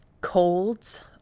colds